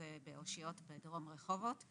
באושיות בדרום רחובות.